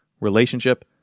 relationship